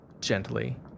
gently